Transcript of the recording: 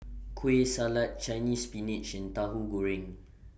Kueh Salat Chinese Spinach and Tahu Goreng